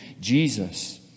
Jesus